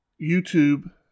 YouTube